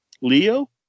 Leo